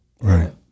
Right